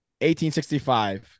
1865